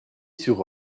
sur